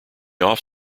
off